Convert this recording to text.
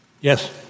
Yes